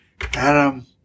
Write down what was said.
Adam